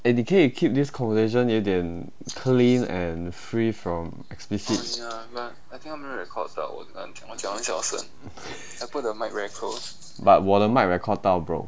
eh 你可以 keep this conversation 有点 clean and free from explicit but 我的 mic record 到 bro